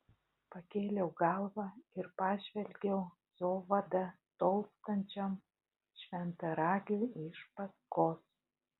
pakėliau galvą ir pažvelgiau zovada tolstančiam šventaragiui iš paskos